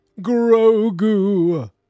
Grogu